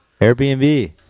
Airbnb